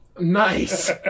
Nice